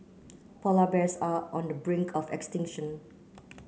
polar bears are on the brink of extinction